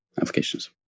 applications